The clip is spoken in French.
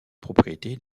propriété